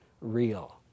real